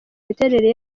imiterere